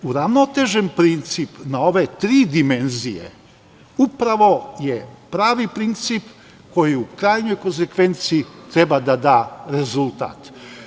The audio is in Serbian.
Uravnotežen princip na ove tri dimenzije upravo je pravi princip koji u krajnjoj konsekvenci treba da da rezultat.